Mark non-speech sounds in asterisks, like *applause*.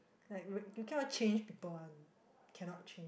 like break you cannot change people [one] *breath* cannot change